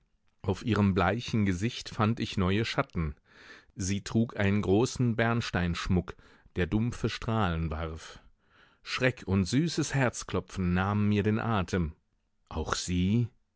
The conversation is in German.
auf ihrem bleichen gesicht fand ich neue schatten sie trug einen großen bernsteinschmuck der dumpfe strahlen warf schreck und süßes herzklopfen nahmen mir den atem auch sie